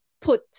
put